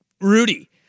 Rudy